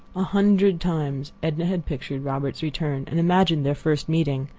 a hundred times edna had pictured robert's return, and imagined their first meeting.